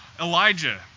Elijah